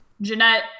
Jeanette